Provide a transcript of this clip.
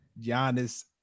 Giannis